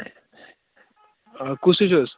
کُس ہِش حظ